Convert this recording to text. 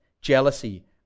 jealousy